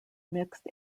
mixed